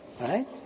right